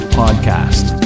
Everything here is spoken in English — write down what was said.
podcast